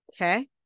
Okay